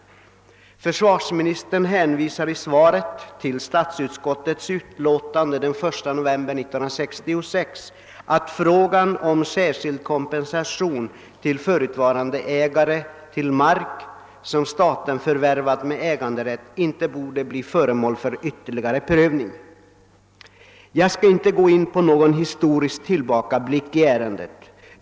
Försvarsministern hänvisar i svaret till att statsutskottet i utlåtande den 1 november 1966 yttrade, att frågan om särskild kompensation till förutvarande ägare till mark som staten förvärvat med äganderätt inte borde bli föremål för ytterligare prövning. Jag skall inte gå in på någon historisk tillbakablick i ärendet.